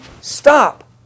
stop